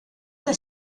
that